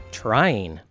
trying